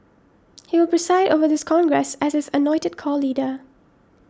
he will preside over this congress as its anointed core leader